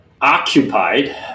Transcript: occupied